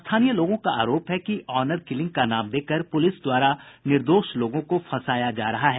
स्थानीय लोगों का आरोप है कि ऑनर किलिंग का नाम देकर पुलिस द्वारा निर्दोष लोगों को फंसाया जा रहा है